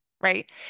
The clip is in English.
Right